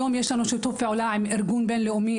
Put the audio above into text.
יש לנו היום שיתוף פעולה עם ארגון בין-לאומי,